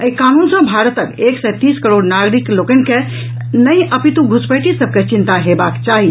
एहि कानून सॅ भारतक एक सय तीस करोड़ नागरिक लोकनि के नहि अपितु घुसपैठी सभ के चिंता हेबाक चाही